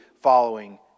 following